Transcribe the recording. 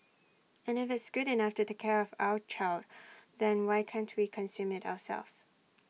and if it's good enough to take care of our child then why can't we consume IT ourselves